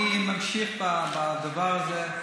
אני ממשיך בדבר הזה.